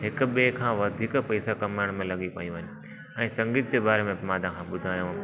हिक ॿिए खां वधीक पैसा कमाइण में लॻी पयूं आहिनि ऐं संगीत जे बारे में मां ॿुधायांव